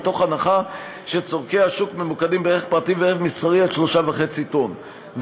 בהנחה שצורכי השוק ממוקדים ברכב פרטי וברכב מסחרי עד 3.5 טון,